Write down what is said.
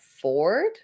Ford